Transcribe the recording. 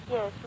Yes